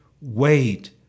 wait